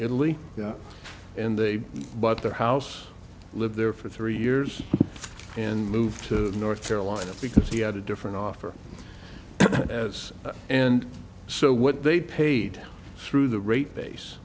italy and they bought their house lived there for three years and moved to north carolina because he had a different offer as and so what they paid through the rate base